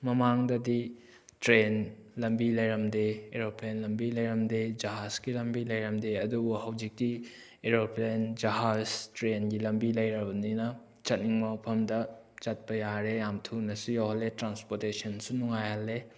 ꯃꯃꯥꯡꯗꯒꯤ ꯇ꯭ꯔꯦꯟ ꯂꯝꯕꯤ ꯂꯩꯔꯝꯗꯦ ꯑꯦꯔꯣꯄ꯭ꯂꯦꯟ ꯂꯝꯕꯤ ꯂꯩꯔꯝꯗꯦ ꯖꯍꯥꯖꯀꯤ ꯂꯝꯕꯤ ꯂꯩꯔꯝꯗꯦ ꯑꯗꯨꯕꯨ ꯍꯧꯖꯤꯛꯇꯤ ꯑꯦꯔꯣꯄ꯭ꯂꯦꯟ ꯖꯍꯥꯖ ꯇ꯭ꯔꯦꯟꯒꯤ ꯂꯝꯕꯤ ꯂꯩꯔꯕꯅꯤꯅ ꯆꯠꯅꯤꯡꯕ ꯃꯐꯝꯗ ꯆꯠꯄ ꯌꯥꯔꯦ ꯌꯥꯝ ꯊꯨꯅꯁꯨ ꯌꯧꯍꯜꯂꯦ ꯇ꯭ꯔꯥꯟꯁꯄꯣꯔꯇꯦꯁꯟꯁꯨ ꯅꯨꯡꯉꯥꯏꯍꯜꯂꯦ